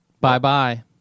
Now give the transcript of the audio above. Bye-bye